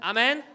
Amen